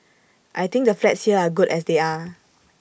I think the flats here are good as they are